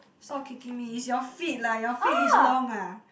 stop kicking me it's your feet lah your feet is long ah